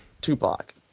Tupac